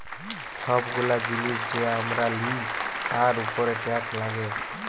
ছব গুলা জিলিস যে আমরা লিই তার উপরে টেকস লাগ্যে